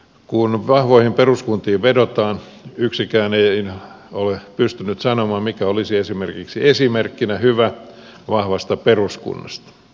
kun vahvoihin peruskuntiin vedotaan yksikään ei ole pystynyt sanomaan mikä olisi esimerkkinä hyvä vahvasta peruskunnasta